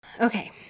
Okay